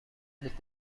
بود